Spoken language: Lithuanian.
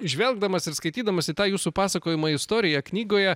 žvelgdamas ir skaitydamas į tą jūsų pasakojamą istoriją knygoje